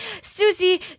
Susie